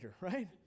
right